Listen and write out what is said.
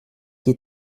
qui